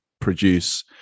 produce